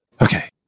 okay